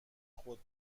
خود